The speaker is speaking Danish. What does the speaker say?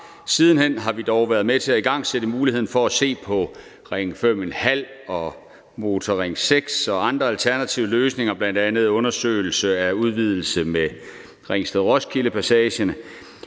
Siden hen har vi dog været med til at igangsætte muligheden for at se på Ring 5½ og Motorring 6 og andre alternative løsninger, bl.a. en undersøgelse af en udvidelse med Ringsted-Roskilde-passagen.